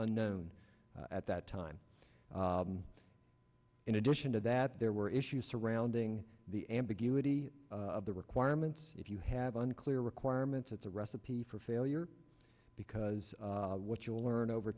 nknown at that time in addition to that there were issues surrounding the ambiguity the requirements if you haven't clear requirements it's a recipe for failure because what you'll learn over